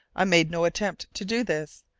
i made no attempt to do this,